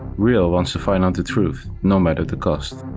re-l wants to find out the truth, no matter the cost.